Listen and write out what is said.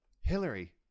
Hillary